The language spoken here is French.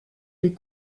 les